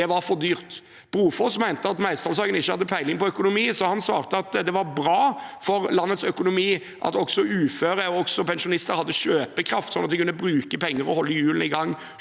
Det var for dyrt. Brofoss mente at Meisdalshagen ikke hadde peiling på økonomi, så han svarte at det var bra for landets økonomi at også uføre og pensjonister hadde kjøpekraft, sånn at de kunne bruke penger og holde hjulene i gang